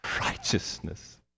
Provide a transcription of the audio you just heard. righteousness